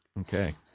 Okay